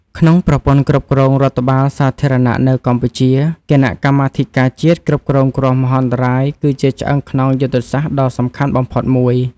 ក្នុងប្រព័ន្ធគ្រប់គ្រងរដ្ឋបាលសាធារណៈនៅកម្ពុជា គណៈកម្មាធិការជាតិគ្រប់គ្រងគ្រោះមហន្តរាយ គឺជាឆ្អឹងខ្នងយុទ្ធសាស្ត្រដ៏សំខាន់បំផុតមួយ។